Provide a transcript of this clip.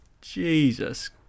Jesus